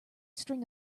string